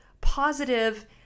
positive